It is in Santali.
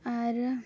ᱟᱨ